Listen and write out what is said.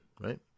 Right